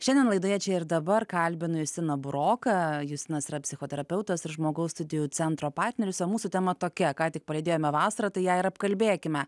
šiandien laidoje čia ir dabar kalbinu justiną buroką justinas yra psichoterapeutas ir žmogaus studijų centro partneris o mūsų tema tokia ką tik palydėjome vasarą tai ją ir apkalbėkime